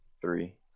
three